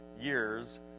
years